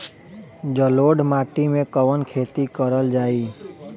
जलोढ़ माटी में कवन खेती करल जाई?